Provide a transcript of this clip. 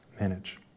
manage